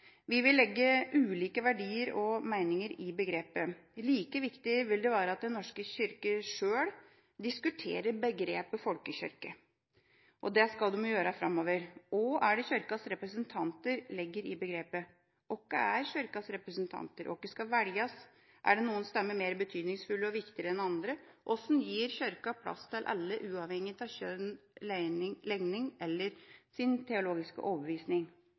Vi vil legge ulike verdier og meninger i begrepet. Like viktig vil det være at Den norske kirke sjøl diskuterer begrepet «folkekirke». Det skal de jo gjøre framover. Hva legger Kirkens representanter i begrepet? Hvem er Kirkens representanter? Hvem skal velges? Er noen stemmer mer betydningsfulle og viktigere enn andre? Hvordan gir Kirken plass til alle uavhengig av kjønn, legning eller teologisk overbevisning?